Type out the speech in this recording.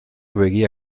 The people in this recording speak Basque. begia